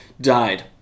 died